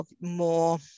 more